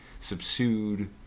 subsued